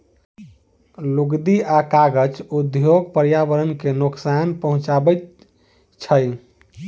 लुगदी आ कागज उद्योग पर्यावरण के नोकसान पहुँचाबैत छै